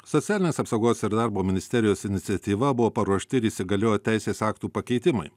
socialinės apsaugos ir darbo ministerijos iniciatyva buvo paruošti ir įsigaliojo teisės aktų pakeitimai